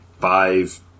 five